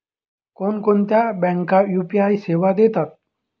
कोणकोणत्या बँका यू.पी.आय सेवा देतात?